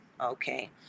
okay